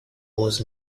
was